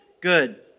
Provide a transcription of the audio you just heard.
good